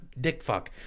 Dickfuck